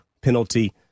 penalty